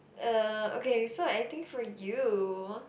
uh okay so I think for you